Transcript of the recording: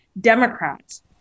Democrats